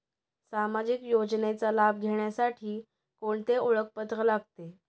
सामाजिक योजनेचा लाभ घेण्यासाठी कोणते ओळखपत्र लागते?